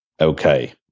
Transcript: Okay